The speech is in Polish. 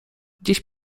dziś